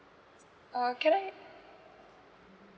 uh can I